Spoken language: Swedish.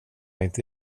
inte